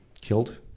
killed